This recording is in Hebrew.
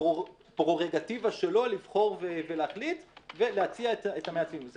הפררוגטיבה שלו לבחור ולהחליט ולהציע את המעצבים.